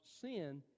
sin